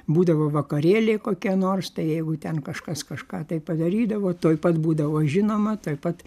būdavo vakarėliai kokie nors jeigu ten kažkas kažką tai padarydavo tuoj pat būdavo žinoma tuoj pat